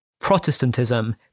Protestantism